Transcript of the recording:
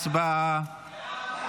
הצבעה.